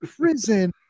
prison